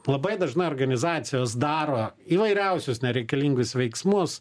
labai dažnai organizacijos daro įvairiausius nereikalingus veiksmus